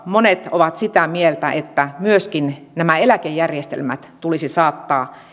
monet ovat sitä mieltä että myöskin nämä eläkejärjestelmät tulisi saattaa